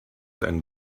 and